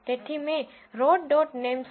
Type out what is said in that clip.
તેથી મેં row dot નેમ્સrow